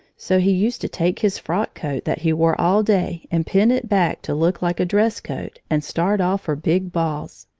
so he used to take his frock coat that he wore all day and pin it back to look like a dress coat and start off for big balls,